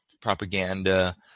propaganda